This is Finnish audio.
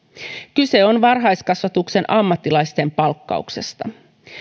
kyse on varhaiskasvatuksen ammattilaisten palkkauksesta